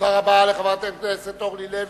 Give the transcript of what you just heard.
תודה רבה לחברת הכנסת אורלי לוי.